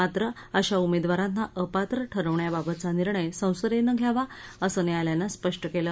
मात्र अशा उमेदवारांना अपात्र ठरवण्याबाबतचा निर्णय संसदेनं घ्यावा असं न्यायालयानं स्पष्ट केलं